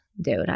Dude